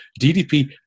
DDP